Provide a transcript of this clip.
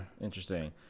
Interesting